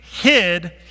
hid